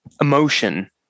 emotion